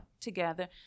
together